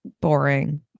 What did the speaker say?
Boring